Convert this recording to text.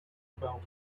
about